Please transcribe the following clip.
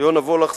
יונה וולך,